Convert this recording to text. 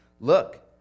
Look